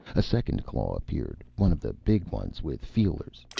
a second claw appeared, one of the big ones with feelers.